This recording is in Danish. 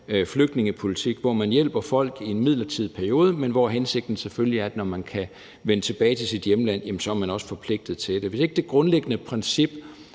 flygtningepolitik, hvor man hjælper folk i en midlertidig periode, men hvor hensigten selvfølgelig er, at når folk kan vende tilbage til deres hjemland, er de også forpligtet til det. Hvis ikke dét grundlæggende princip